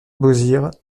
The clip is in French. beauzire